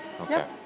Okay